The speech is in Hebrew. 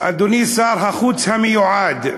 אדוני שר החוץ המיועד,